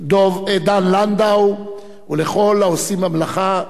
דן לנדאו ולכל העושים במלאכה.